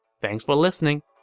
thanks for listening!